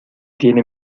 tiene